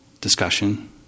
discussion